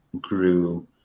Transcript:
grew